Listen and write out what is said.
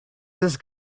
this